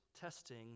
testing